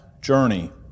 journey